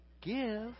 Give